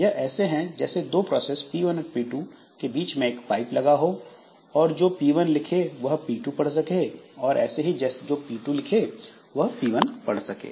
यह ऐसे हैं जैसे दो प्रोसेस P1 और P2 के बीच में एक पाइप लगा हो और जो P1 लिखे वह P2 पढ़ सके ऐसे ही जो P2 लिखे वह P1 पढ़ सकें